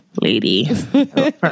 lady